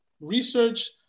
research